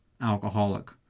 alcoholic